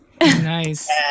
Nice